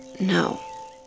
No